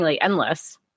endless